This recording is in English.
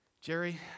Jerry